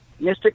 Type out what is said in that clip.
Mr